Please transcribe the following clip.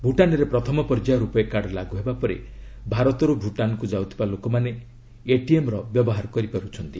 ଭୂଟାନ୍ରେ ପ୍ରଥମ ପର୍ଯ୍ୟାୟ ରୂପୟେ କାର୍ଡ଼ ଲାଗୁ ହେବା ପରେ ଭାରତରୁ ଭୁଟାନ୍କୁ ଯାଉଥିବା ଲୋକମାନେ ଏଟିଏମ୍ର ବ୍ୟବହାର କରିପାର୍ଚ୍ଚନ୍ତି